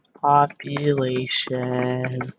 population